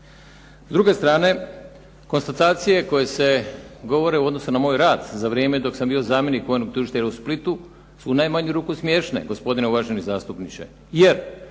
S druge strane, konstatacije koje se govore u odnosu na moj rad za vrijeme i dok sam bio zamjenik vojnom tužitelju u Splitu su u najmanju ruku smiješne, gospodine uvaženi zastupniče, jer